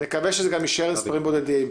נקווה שזה גם יישאר מספרים בודדים.